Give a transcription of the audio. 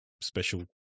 special